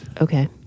Okay